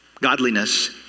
Godliness